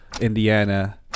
Indiana